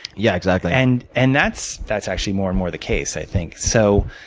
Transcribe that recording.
yeah exactly. and and that's that's actually more and more the case i think. so